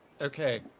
Okay